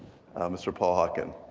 mr. paul hawken.